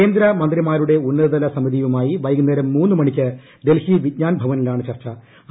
കേന്ദ്ര മന്ത്രിമാരുടെ ഉന്നത തല സമിതിയുമായി വൈകുന്നേരം മൂന്ന് മണിക്ക് ഡൽഹി വിജ്ഞാൻ ഭവനിലാണ് ചർച്ചു